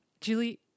Julie